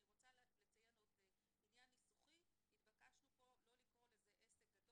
אבל נותרה עדיין בעיה - אם יש בית עסק,